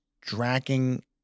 dragging